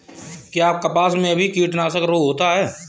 क्या कपास में भी कीटनाशक रोग होता है?